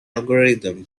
algorithm